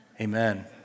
Amen